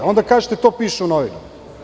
Onda kažete – to piše u novinama.